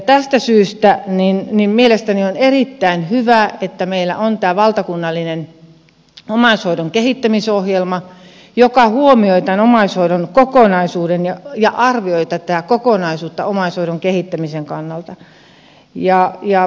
tästä syystä mielestäni on erittäin hyvä että meillä on tämä valtakunnallinen omaishoidon kehittämisohjelma joka huomioi tämän omaishoidon kokonaisuuden ja arvioi tätä kokonaisuutta omaishoidon kehittämisen kannalta